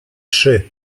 trzy